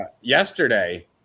Yesterday